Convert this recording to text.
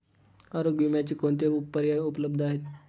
आरोग्य विम्याचे कोणते पर्याय उपलब्ध आहेत?